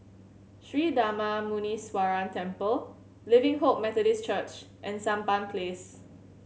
Sri Darma Muneeswaran Temple Living Hope Methodist Church and Sampan Place